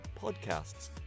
podcasts